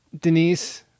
Denise